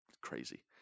crazy